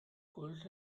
could